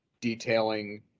detailing